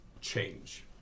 change